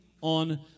on